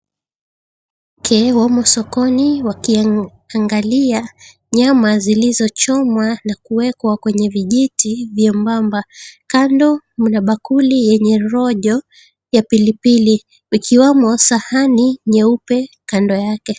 Wanawake wamo sokoni wakiangalia nyama zilizochomwa na kuwekwa kwenye vijiti vyembamba. Kando mna bakuli yenye rojo ya pili pili ikiwemo sahani nyeupe kando yake.